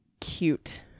cute